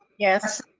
yes.